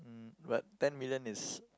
but ten million is